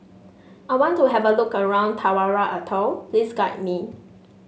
I want to have a look around Tarawa Atoll please guide me